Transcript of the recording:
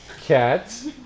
cats